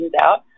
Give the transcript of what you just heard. out